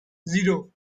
zero